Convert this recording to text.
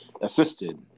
assisted